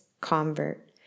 convert